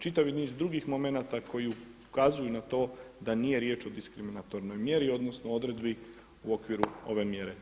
Čitav niz drugih momenata koji ukazuju na to da nije riječ o diskriminatornoj mjeri odnosno odredbi u okviru ove mjere.